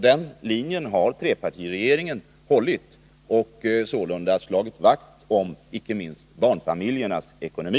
Den linjen har trepartiregeringen hållit och sålunda slagit vakt om icke minst barnfamiljernas ekonomi.